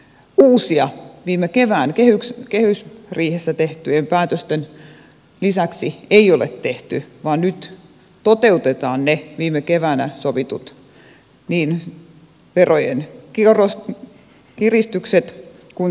uusia viime kevään kehysriihessä tehtyjen päätösten lisäksi ei ole tehty vaan nyt toteutetaan ne viime keväänä sovitut niin verojen kiristykset kuin säästöjen tekemiset